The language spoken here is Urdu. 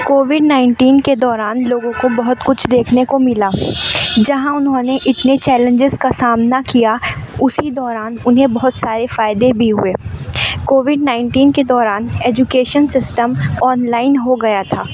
کووڈ نائنٹین کے دوران لوگوں کو بہت کچھ دیکھنے کو ملا جہاں انہوں نے اتنے چیلینجیز کا سامنا کیا اسی دوران انہیں بہت سارے فائدے بھی ہوئے کووڈ نائنٹین کے دوران ایجوکیشن سسٹم آن لائن ہو گیا تھا